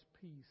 peace